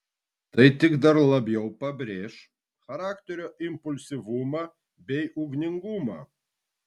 tai tik dar labiau pabrėš charakterio impulsyvumą bei ugningumą